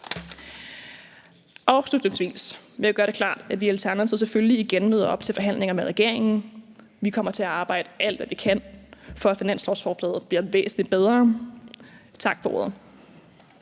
Afslutningsvis vil jeg gøre det klart, at vi i Alternativet selvfølgelig igen møder op til forhandlinger med regeringen. Vi kommer til at arbejde alt, hvad vi kan, for, at finanslovsforslaget bliver væsentlig bedre. Tak for ordet.